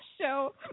show